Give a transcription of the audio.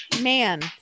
man